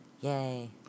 Yay